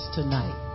tonight